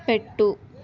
పెట్టు